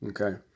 Okay